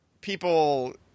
people